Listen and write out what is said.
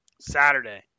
saturday